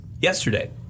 yesterday